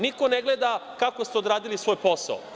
Niko ne gleda kako ste odradili svoj posao.